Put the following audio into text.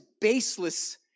baseless